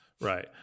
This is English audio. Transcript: right